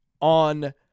on